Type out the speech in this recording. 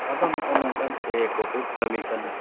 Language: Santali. ᱟᱫᱚ ᱱᱚᱜᱼᱚ ᱱᱚᱝᱠᱟᱱ ᱮᱲᱮ ᱠᱚᱠᱚ ᱠᱟᱹᱢᱤ ᱠᱟᱱᱟ